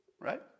Right